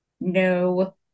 no